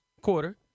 quarter